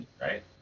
right